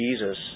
Jesus